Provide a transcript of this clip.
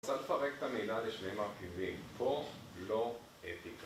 צריך לפרק את המילה לשני מרכיבים, פה לא אתיקה